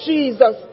Jesus